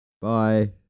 Bye